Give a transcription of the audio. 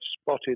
spotted